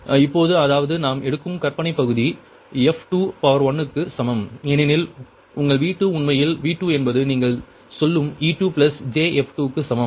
இப்போது அதாவது நாம் எடுக்கும் கற்பனைப் பகுதி f21 க்கு சமம் ஏனெனில் உங்கள் V2 உண்மையில் V2 என்பது நீங்கள் சொல்லும் e2jf2க்கு சமம்